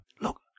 look